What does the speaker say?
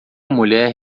mulher